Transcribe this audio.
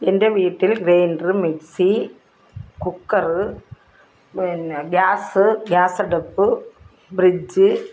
എന്റെ വീട്ടിൽ grinder mixie cooker പിന്നെ ഗ്യാസ് ഗ്യാസടുപ്പ് ബ്രിഡ്ജ്